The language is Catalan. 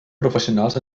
professionals